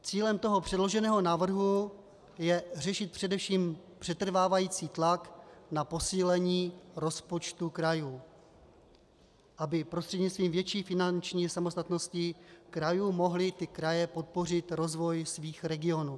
Cílem předloženého návrhu je řešit především přetrvávající tlak na posílení rozpočtů krajů, aby prostřednictvím větší finanční samostatnosti krajů mohly kraje podpořit rozvoj svých regionů.